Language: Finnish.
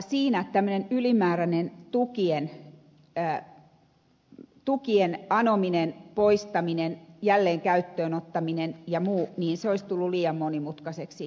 siinä tämmöinen ylimääräinen tukien anominen poistaminen jälleen käyttöön ottaminen ja muu olisi tullut liian monimutkaiseksi